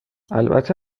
البته